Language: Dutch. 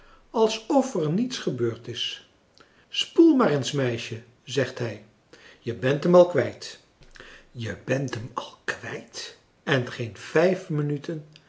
alsof er niets gebeurd is spoel maar françois haverschmidt familie en kennissen eens meisje zegt hij je bent hem al kwijt je bent hem al kwijt en geen vijf minuten